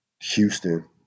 Houston